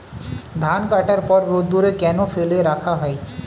ধান কাটার পর রোদ্দুরে কেন ফেলে রাখা হয়?